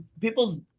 people's